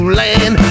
land